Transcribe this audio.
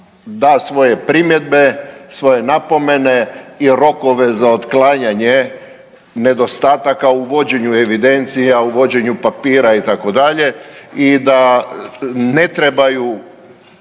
da svoje primjedbe, svoje napomene i rokove za otklanjanje nedostataka u vođenju evidencija, u vođenju papira itd. i da ne trebaju